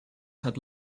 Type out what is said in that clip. had